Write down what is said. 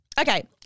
Okay